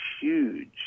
huge